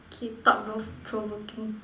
okay thought provo~ provoking